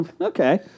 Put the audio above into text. Okay